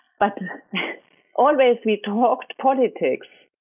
but always we talked politics.